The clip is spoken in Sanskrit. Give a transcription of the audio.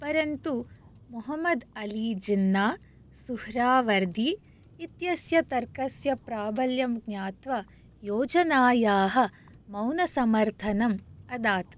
परन्तु मुहम्मद् अली जिन्ना सुह्रावर्दी इत्यस्य तर्कस्य प्राबल्यं ज्ञात्वा योजनायाः मौनसमर्थनम् अदात्